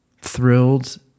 Thrilled